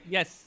Yes